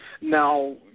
Now